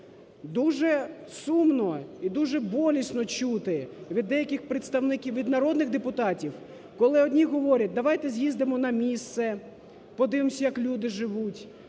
Дуже сумно і дуже болісно чути від деяких представників, від народних депутатів, коли одні говорять: давайте з'їздимо на місце, подивимося як люди живуть,